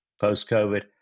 post-COVID